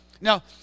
Now